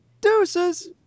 Deuces